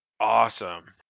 Awesome